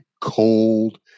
cold